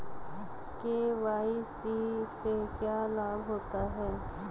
KYC से क्या लाभ होता है?